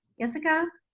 yesica?